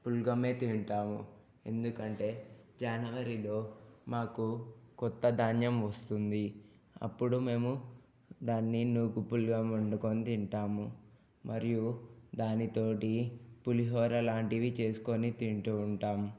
పులగామే తింటాము ఎందుకంటే జ్యానవరిలో మాకు కొత్త ధాన్యం వస్తుంది అప్పుడు మేము దాన్ని నూపు పులగం వండుకొని తింటాము మరియు దానితోటి పులిహోర లాంటివి చేసుకొని తింటూ ఉంటాం